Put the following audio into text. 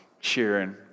cheering